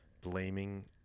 blaming